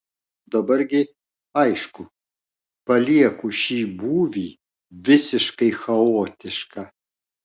dabar gi aišku palieku šį būvį visiškai chaotišką